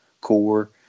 core